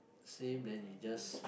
same then you just